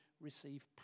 receive